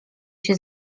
się